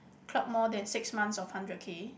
clock more than six months of hundred K